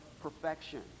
perfection